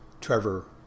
Trevor